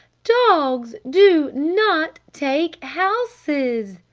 dogs do not take houses!